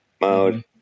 mode